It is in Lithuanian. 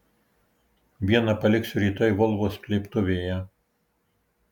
vieną paliksiu rytoj volvo slėptuvėje